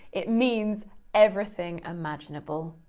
it means everything imaginable.